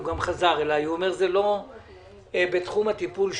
הוא גם חזר אלי ואמר שזה לא בתחום הטיפול שלו,